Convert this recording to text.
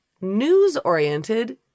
news-oriented